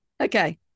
Okay